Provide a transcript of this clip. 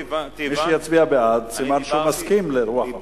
מי שיצביע בעד, סימן שהוא מסכים לרוח החוק.